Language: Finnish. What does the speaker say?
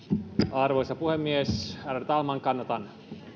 arvoisa puhemies ärade talman kannatan